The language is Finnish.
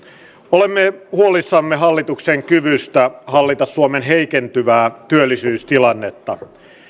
olemme huolissamme hallituksen kyvystä hallita suomen heikentyvää työllisyystilannetta